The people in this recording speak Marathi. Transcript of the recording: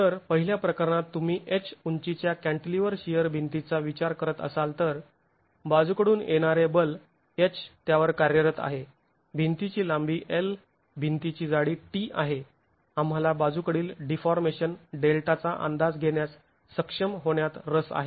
तर पहिल्या प्रकरणात तुम्ही H उंचीच्या कॅंटीलिवर शिअर भिंतीचा विचार करत असाल तर बाजूकडून येणारे बल H त्यावर कार्यरत आहे भिंतीची लांबी L भिंतीची जाडी t आहे आंम्हाला बाजूकडील डीफॉर्मेशन डेल्टाचा अंदाज घेण्यास सक्षम होण्यात रस आहे